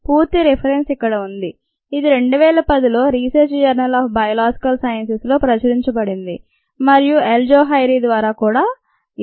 పూర్తి రిఫరెన్స్ ఇక్కడ ఉంది ఇది 2010లో research journal of biological sciences లో ప్రచురించబడింది మరియు అల్జోహైరీ ద్వారా ఇది